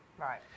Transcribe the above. Right